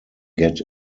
get